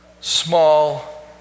small